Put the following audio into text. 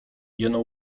jeno